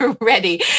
ready